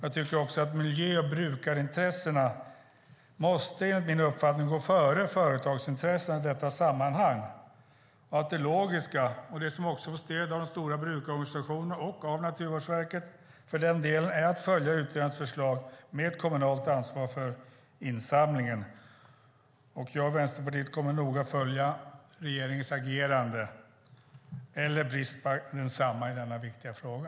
Miljön och brukarintressena måste enligt min uppfattning gå före företagsintressen i detta sammanhang. Det logiska, som också får stöd av de stora brukarorganisationerna och Naturvårdsverket, är att följa utredningens förslag om kommunalt ansvar för insamlingen. Jag och Vänsterpartiet kommer noga att följa regeringens agerande eller brist på detsamma i denna viktiga fråga.